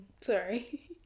Sorry